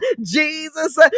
Jesus